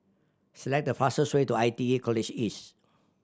select the fastest way to I T E College East